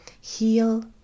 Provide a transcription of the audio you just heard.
heal